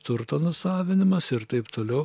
turto nusavinimas ir taip toliau